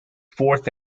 fourth